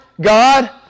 God